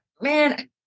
man